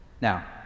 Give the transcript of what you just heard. Now